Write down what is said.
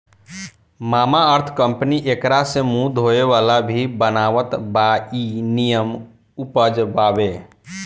Mamaearth company एकरा से मुंह धोए वाला भी बनावत बा इ निमन उपज बावे